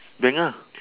bank lah